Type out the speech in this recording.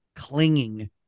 clinging